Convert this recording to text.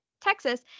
Texas